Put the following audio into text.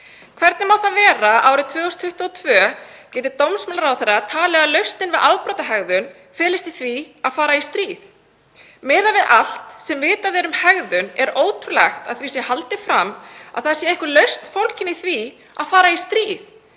Hvernig má það vera að árið 2022 geti dómsmálaráðherra talið að lausnin við afbrotahegðun felist í því að fara í stríð? Miðað við allt sem vitað er um hegðun er ótrúlegt að því sé haldið fram að það sé einhver lausn fólgin í því að fara í stríð.